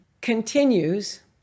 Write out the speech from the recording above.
continues